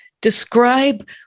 Describe